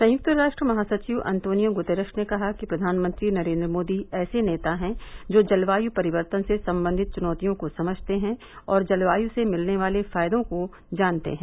संयुक्त राष्ट्र महासचिव अंतोनियो गुतरश ने कहा कि प्रधानमंत्री नरेन्द्र मोदी ऐसे नेता हैं जो जलवायू परिवर्तन से संबंधित चुनौतियों को समझते हैं और जलवाय् से मिलने वाले फायदों को जानते हैं